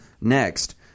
next